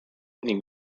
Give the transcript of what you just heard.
ning